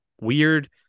weird